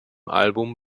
album